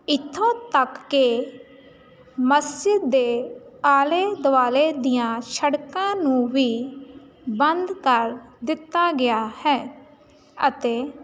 ਇੱਥੋਂ ਤੱਕ ਕਿ ਮਸਜਿਦ ਦੇ ਆਲੇ ਦੁਆਲੇ ਦੀਆਂ ਸੜਕਾਂ ਨੂੰ ਵੀ ਬੰਦ ਕਰ ਦਿੱਤਾ ਗਿਆ ਹੈ ਅਤੇ